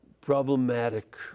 problematic